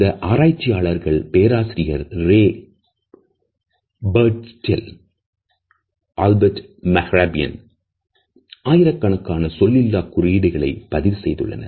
இந்த ஆராய்ச்சியாளர்கள் பேராசிரியர் ரே பார்டுவிஸ்டைல் ஆல்பர்ட் மெக்ராபியன் ஆயிரக்கணக்கான சொல்லிலா குறியீடுகளை பதிவு செய்துள்ளனர்